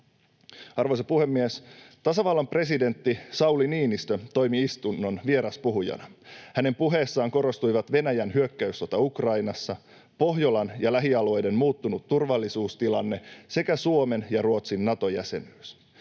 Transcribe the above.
Arvoisa puhemies! Tasavallan presidentti Sauli Niinistö toimi istunnon vieraspuhujana. Hänen puheessaan korostuivat Venäjän hyökkäyssota Ukrainassa, Pohjolan ja lähialueiden muuttunut turvallisuustilanne sekä Suomen ja Ruotsin Nato-jäsenyys.